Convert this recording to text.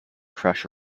crush